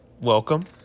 welcome